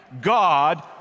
God